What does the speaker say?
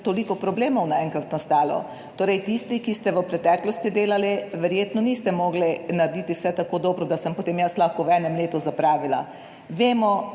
toliko problemov naenkrat nastalo. Torej, tisti, ki ste v preteklosti delali, verjetno niste mogli narediti vse tako dobro, da sem potem jaz lahko v enem letu zapravila. Vemo,